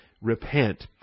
repent